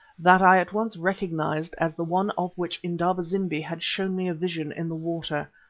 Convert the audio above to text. that i at once recognized as the one of which indaba-zimbi had shown me a vision in the water.